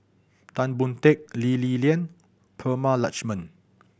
Tan Boon Teik Lee Li Lian Prema Letchumanan